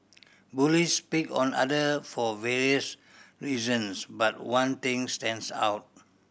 bullies pick on other for various reasons but one thing stands out